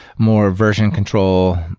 more version control,